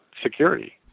security